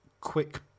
quick